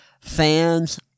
fans